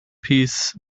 piece